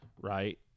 Right